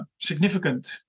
significant